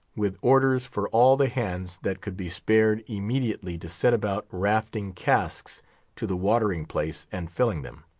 with orders for all the hands that could be spared immediately to set about rafting casks to the watering-place and filling them.